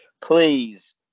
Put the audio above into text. Please